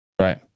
right